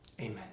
amen